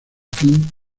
fin